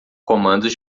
comandos